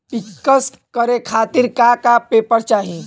पिक्कस करे खातिर का का पेपर चाही?